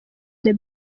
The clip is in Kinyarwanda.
des